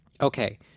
Okay